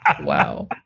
Wow